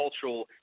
cultural